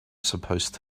supposed